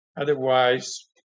Otherwise